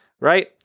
right